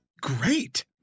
great